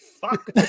fuck